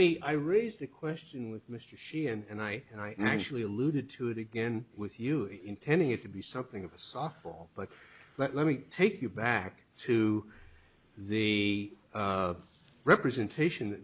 me i raised the question with mr she and i and i actually alluded to it again with you intending it to be something of a softball but let me take you back to the representation